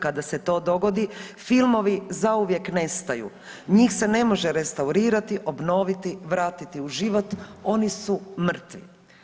Kada se to dogodi, filmovi zauvijek nestaju, njih se ne može restaurirati, obnoviti, vrati u život oni su mrtvi.